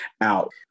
out